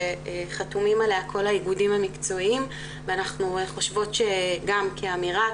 שחתומים עליה כל האיגודים המקצועיים ואנחנו חושבות שגם כאמירה,